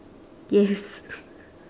yes